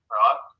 right